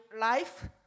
life